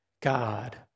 God